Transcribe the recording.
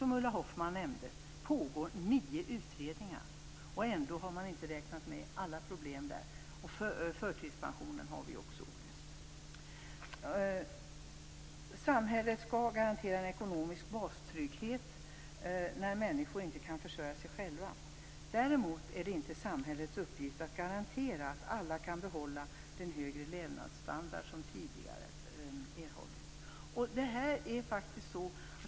Som Ulla Hoffmann nämnde pågår nu nio utredningar. Ändå har man inte räknat med alla problem. Frågan om förtidspensioner är också olöst. Samhället skall garantera en ekonomisk bastrygghet när människor inte kan försörja sig själva. Däremot är det inte samhällets uppgift att garantera att alla kan behålla den högre levnadsstandard de tidigare erhållit.